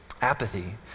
Apathy